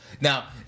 Now